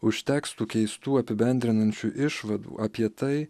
užteks tų keistų apibendrinančių išvadų apie tai